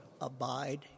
abide